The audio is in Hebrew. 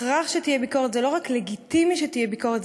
זה לא רק לגיטימי שתהיה ביקורת,